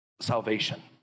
salvation